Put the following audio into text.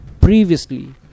previously